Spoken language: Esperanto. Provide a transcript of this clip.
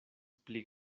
pli